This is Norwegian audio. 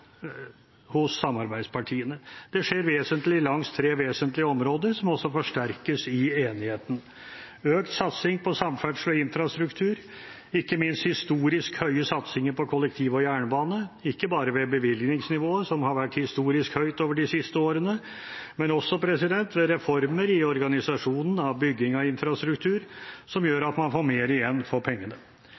hos samarbeidspartiene. Det skjer vesentlig langs tre vesentlige områder, som også forsterkes i enigheten. Det er økt satsing på samferdsel og infrastruktur, ikke minst historisk høye satsinger på kollektiv og jernbane, ikke bare ved bevilgningsnivået, som har vært historisk høyt de siste årene, men også ved reformer i organiseringen av bygging av infrastruktur, som gjør at man får mer igjen for pengene.